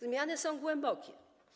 Zmiany są głębokie.